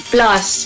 Plus